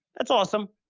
that's awesome.